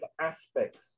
aspects